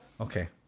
okay